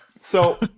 so-